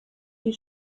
die